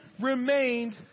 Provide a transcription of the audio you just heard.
remained